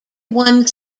one